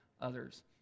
others